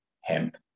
hemp